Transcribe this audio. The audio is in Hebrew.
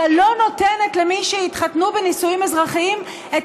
אבל לא נותנת למי שהתחתנו בנישואים אזרחיים את